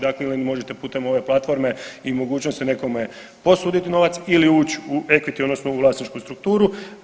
Dakle ili možete putem ove platforme i mogućnosti, nekome posuditi novac ili uć u equity, odnosno u vlasničku strukturu.